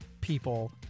people